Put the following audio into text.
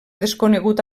desconegut